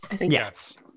Yes